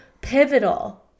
pivotal